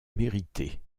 mérité